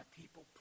people